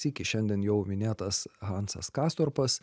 sykį šiandien jau minėtas hansas kastorpas